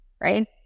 right